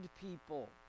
people